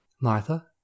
Martha